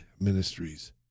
ministries